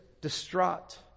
distraught